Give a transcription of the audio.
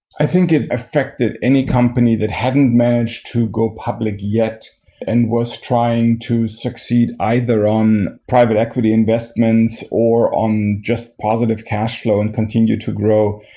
i think it affected any company that hadn't managed to go public yet and was trying to succeed either on equity investments or on just positive cash flow and continued to grow.